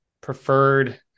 preferred